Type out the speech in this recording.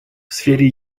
сфере